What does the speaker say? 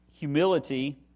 Humility